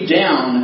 down